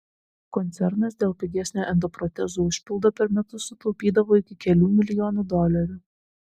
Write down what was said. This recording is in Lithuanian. koncernas dėl pigesnio endoprotezų užpildo per metus sutaupydavo iki kelių milijonų dolerių